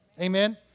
Amen